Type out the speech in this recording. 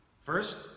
First